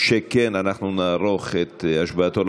שאנחנו נערוך את השבעתו.